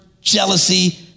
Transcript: jealousy